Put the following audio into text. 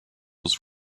was